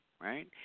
right